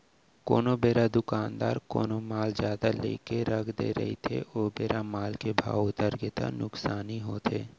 कोनो बेरा दुकानदार कोनो माल जादा लेके रख दे रहिथे ओ बेरा माल के भाव उतरगे ता नुकसानी होथे